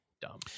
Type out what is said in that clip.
Dumb